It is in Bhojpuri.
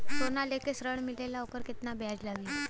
सोना लेके ऋण मिलेला वोकर केतना ब्याज लागी?